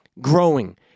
growing